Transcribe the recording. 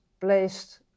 placed